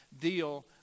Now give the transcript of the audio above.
deal